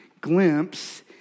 glimpse